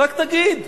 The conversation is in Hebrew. רק תגיד,